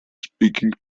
speaking